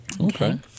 Okay